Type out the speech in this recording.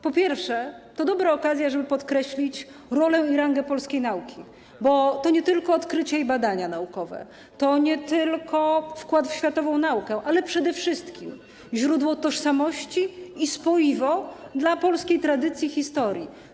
Po pierwsze, to dobra okazja, żeby podkreślić rolę i rangę polskiej nauki, bo to nie są tylko odkrycia i badania naukowe, to nie tylko wkład w światową naukę, ale przede wszystkim źródło tożsamości i spoiwo polskiej tradycji, historii.